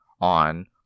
on